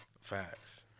Facts